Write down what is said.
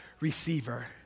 Receiver